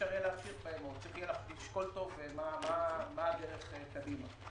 צריך יהיה לשקול טוב מה הדרך קדימה.